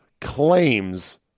claims